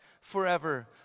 forever